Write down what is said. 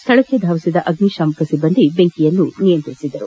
ಸ್ಥಳಕ್ಕೆ ಧಾವಿಸಿದ ಅಗ್ನಿಶಾಮಕ ಸಿಬ್ಬಂದಿ ಬೆಂಕಿಯನ್ನು ನಿಯಂತ್ರಿಸಿದರು